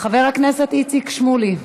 חבר הכנסת איציק שמולי,